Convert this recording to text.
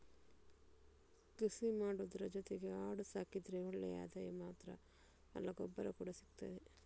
ಕೃಷಿ ಮಾಡುದ್ರ ಜೊತೆಗೆ ಆಡು ಸಾಕಿದ್ರೆ ಒಳ್ಳೆ ಆದಾಯ ಮಾತ್ರ ಅಲ್ಲ ಗೊಬ್ಬರ ಕೂಡಾ ಸಿಗ್ತದೆ